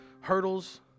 hurdles